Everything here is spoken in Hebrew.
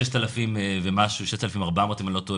6,400 אם אני לא טועה,